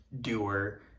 doer